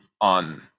on